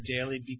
daily